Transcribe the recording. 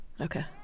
Okay